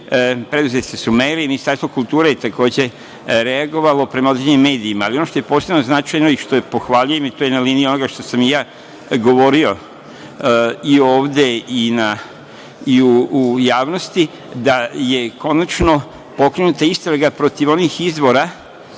preduzete su mere. Ministarstvo kulture je takođe reagovalo prema određenim medijima. Ali, ono što je posebno značajno i što pohvaljujem, to je jedna linija onoga što sam i ja govorio ovde i u javnosti, da je konačno pokrenuta istraga protiv onih izvora